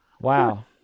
Wow